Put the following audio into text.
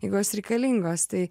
jeigu jos reikalingos tai